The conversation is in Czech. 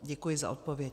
Děkuji za odpověď.